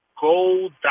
gold